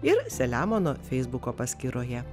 ir selemono feisbuko paskyroje